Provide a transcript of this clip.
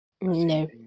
No